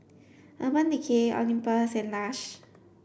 Urban Decay Olympus and Lush